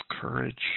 courage